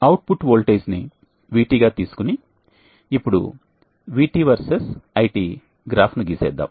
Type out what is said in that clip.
output voltage ని VT గా తీసుకుని ఇప్పుడు VT వర్సెస్ IT గ్రాఫ్ ను గీసేద్దాం